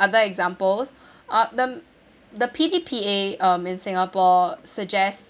other examples uh the P_D_P_A um in singapore suggest